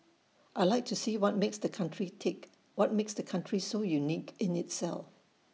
I Like to see what makes the country tick what makes the country so unique in itself